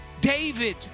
David